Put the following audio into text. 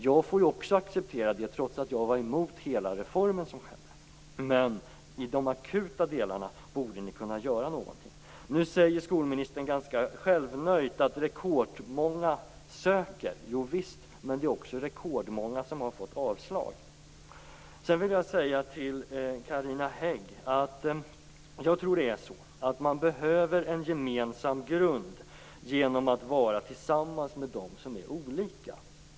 Jag får också acceptera det trots att jag är emot hela reformen, men i de akuta delarna borde ni kunna göra någonting. Skolministern sade ganska självnöjt att det är rekordmånga som söker. Jovisst, men det är också rekordmånga som har fått avslag. Till Carina Hägg vill jag säga att man nog kan behöva en gemensam grund genom att vara tillsammans med dem som är olika.